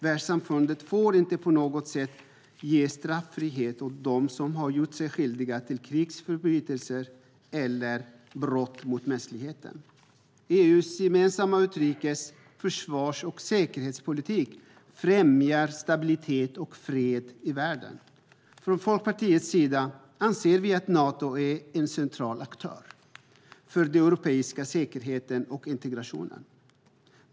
Världssamfundet får inte på något sätt ge straffrihet åt dem som gjort sig skyldiga till krigsförbrytelser eller brott mot mänskligheten. EU:s gemensamma utrikes-, försvars och säkerhetspolitik främjar stabilitet och fred i världen. Från Folkpartiets sida anser vi att Nato är en central aktör för den europeiska säkerheten och integrationen.